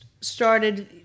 started